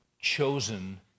Chosen